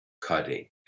cutting